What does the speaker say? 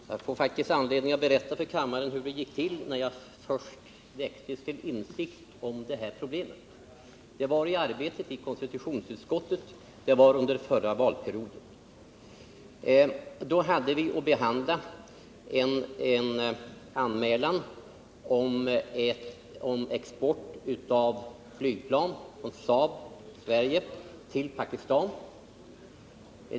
Herr talman! Jag får faktiskt anledning att berätta för kammaren hur det gick till när jag först väcktes till insikt om detta problem. Det var i arbetet i konstitutionsutskottet under förra valperioden. Då hade vi att behandla en anmälan om export av flygplan från Saab till Pakistan.